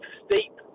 steep